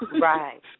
Right